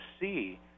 see